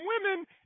women